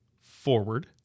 forward